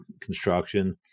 construction